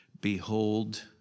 Behold